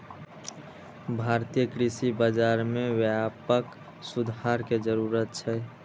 भारतीय कृषि बाजार मे व्यापक सुधार के जरूरत छै